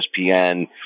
ESPN